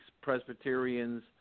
Presbyterians